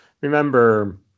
remember